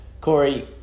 Corey